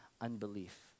unbelief